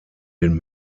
den